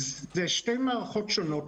אלה שתי מערכות שונות.